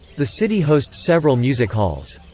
the city hosts several music halls.